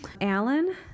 Alan